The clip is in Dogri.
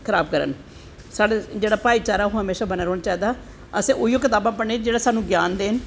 खराब करन साढ़ा जेह्ड़ा भाई चारा ओह् हमेशा बने दा रौह्नां चाही दा असैं उऐ कतावां पढ़नियां जेह्ड़ियां साह्नू ग्यान देन